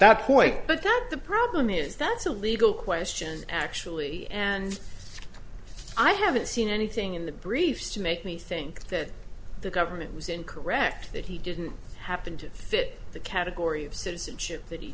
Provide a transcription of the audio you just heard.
that point but that the problem is that's a legal question actually and i haven't seen anything in the briefs to make me think that the government was incorrect that he didn't happen to fit the category of citizenship that he